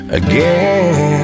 again